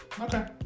Okay